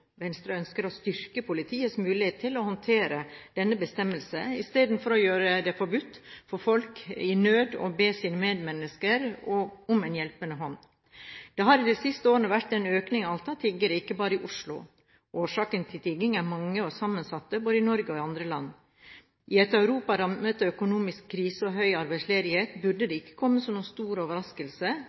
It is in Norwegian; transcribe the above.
Venstre ønsker å styrke politiets mulighet til å håndheve denne bestemmelsen, i stedet for å gjøre det forbudt for folk i nød å be sine medmennesker om en hjelpende hånd. Det har i de siste årene vært en økning i antall tiggere, ikke bare i Oslo. Årsakene til tigging er mange og sammensatte, både i Norge og i andre land. I et Europa rammet av økonomisk krise og høy arbeidsledighet, burde det ikke komme som noen stor overraskelse